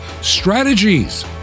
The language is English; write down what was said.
strategies